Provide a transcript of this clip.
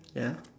ya